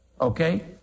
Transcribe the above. Okay